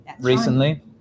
recently